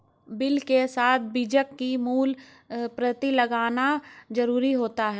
bill के साथ बीजक की मूल प्रति लगाना जरुरी होता है